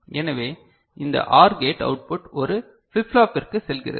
எனவே இந்த OR gate output ஒரு ஃபிலிப் ஃப்லாப்பிற்கு செல்கிறது